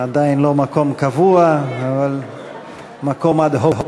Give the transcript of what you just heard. עדיין לא מקום קבוע, אבל מקום אד-הוק.